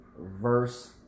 Verse